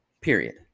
period